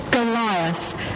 Goliath